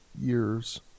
years